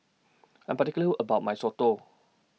I Am particular about My Soto